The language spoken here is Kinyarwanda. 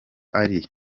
ari